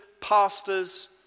pastors